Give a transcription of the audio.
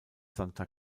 santa